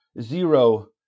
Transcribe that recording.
zero